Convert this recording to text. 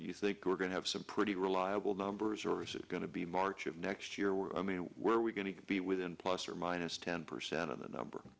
you think we're going to have some pretty reliable numbers or is it going to be march of next year or i mean where are we going to be within plus or minus ten percent of the number